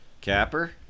Capper